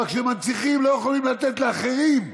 אבל כשמנציחים לא יכולים לתת לאחרים,